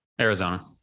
Arizona